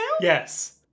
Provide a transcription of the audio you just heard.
Yes